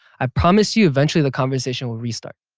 i promise you, eventually the conversation will restart.